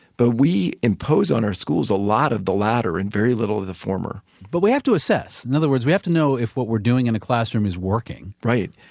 but we impose on our schools a lot of the latter and very little of the former but we have to assess in other words, we have to know if what we're doing in a classroom is working right.